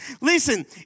Listen